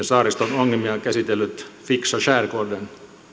saariston ongelmia käsitellyt fixa skärgården